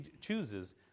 chooses